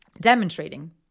demonstrating